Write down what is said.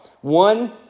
One